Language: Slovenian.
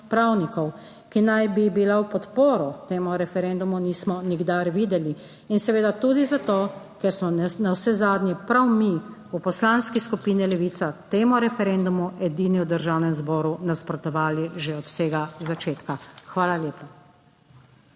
pravnikov, ki naj bi bila v podporo temu referendumu, nismo nikdar videli, in seveda tudi zato, ker smo navsezadnje prav mi v Poslanski skupini Levica temu referendumu edini v Državnem zboru nasprotovali že od vsega začetka. Hvala lepa.